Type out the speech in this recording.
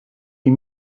die